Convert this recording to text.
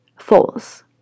false